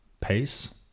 pace